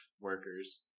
workers